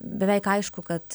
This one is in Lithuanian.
beveik aišku kad